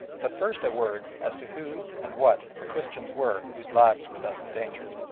but first a word as to who and what the christians were whose lives were thus endangered.